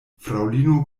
fraŭlino